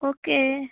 okay